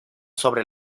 sobre